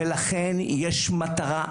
ולכן יש מטרה,